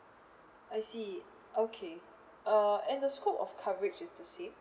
I see okay uh and the scope of coverage is the same